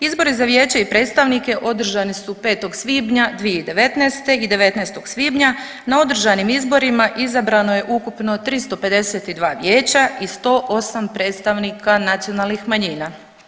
Izbori za vijeće i predstavnike održani su 5. svibnja 2019. i 19. svibnja, na održanim izborima izabrano je ukupno 352vijeća i 108 predstavnika nacionalnih manjina.